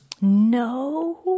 no